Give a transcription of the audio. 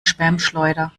spamschleuder